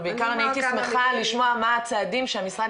אבל בעיקר אני הייתי שמחה לשמוע מה הצעדים שהמשרד